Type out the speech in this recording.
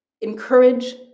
encourage